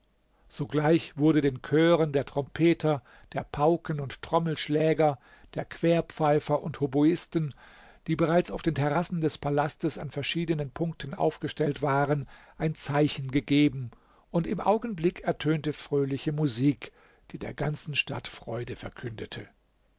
sogleich wurde den chören der trompeter der pauken und trommelschläger der querpfeifer und hoboisten die bereits auf den terrassen des palastes an verschiedenen punkten aufgestellt waren ein zeichen gegeben und im augenblick ertönte fröhliche musik die der ganzen stadt freude verkündete